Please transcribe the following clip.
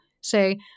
say